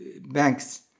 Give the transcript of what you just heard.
banks